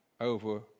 over